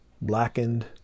blackened